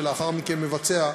שלאחר מכן מבצע,